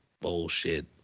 bullshit